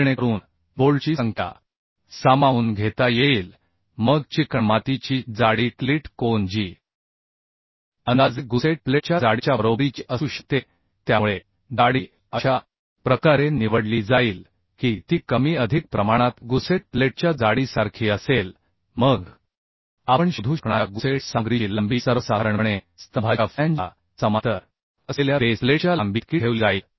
जेणेकरून बोल्टची संख्या सामावून घेता येईल मग चिकणमातीची जाडी क्लीट कोन जी अंदाजे गुसेट प्लेटच्या जाडीच्या बरोबरीची असू शकते त्यामुळे जाडी अशा प्रकारे निवडली जाईल की ती कमी अधिक प्रमाणात गुसेट प्लेटच्या जाडीसारखी असेल मग आपण शोधू शकणार्या गुसेट सामग्रीची लांबी सर्वसाधारणपणे स्तंभाच्या फ्लॅंजला समांतर असलेल्या बेस प्लेटच्या लांबीइतकी ठेवली जाईल